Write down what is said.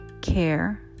care